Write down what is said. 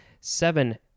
Seven